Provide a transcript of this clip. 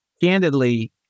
candidly